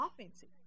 offensive